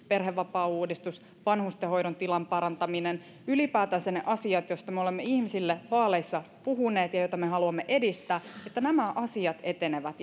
perhevapaauudistus vanhustenhoidon tilan parantaminen ylipäätänsä ne asiat joista me olemme ihmisille vaaleissa puhuneet ja joita me haluamme edistää etenevät